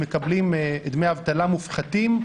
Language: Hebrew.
הם מקבלים דמי אבטלה מופחתים.